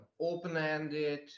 open-ended